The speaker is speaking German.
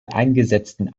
eingesetzten